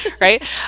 right